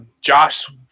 Josh